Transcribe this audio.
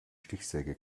stichsäge